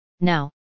Now